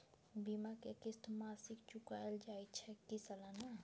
बीमा के किस्त मासिक चुकायल जाए छै की सालाना?